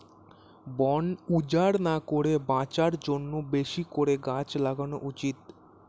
বন উজাড় না করে বাঁচার জন্যে বেশি করে গাছ লাগানো উচিত